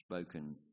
spoken